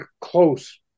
close